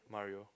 Mario